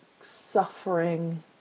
suffering